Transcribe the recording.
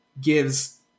gives